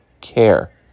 care